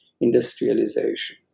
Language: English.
industrialization